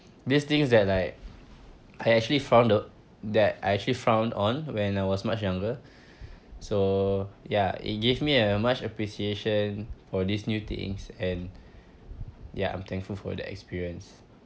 these things that like I actually frown on that I actually frowned on when I was much younger so ya it gave me a much appreciation for this new things and ya I'm thankful for the experience